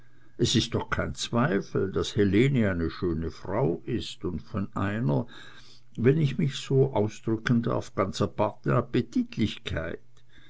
es ist doch kein zweifel daß helene eine schöne frau ist und von einer wenn ich mich so ausdrücken darf ganz aparten